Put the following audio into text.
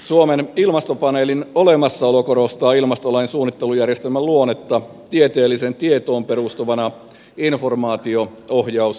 suomen ilmastopaneelin olemassaolo korostaa ilmastolain suunnittelujärjestelmän luonnetta tieteelliseen tietoon perustuvana informaatio ohjausvälineenä